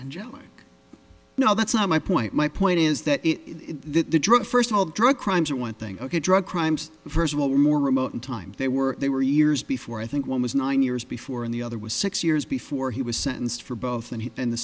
angelic no that's not my point my point is that it the drug first of all drug crimes are one thing ok drug crimes first of all more remote in time they were they were years before i think one was nine years before and the other was six years before he was sentenced for both and the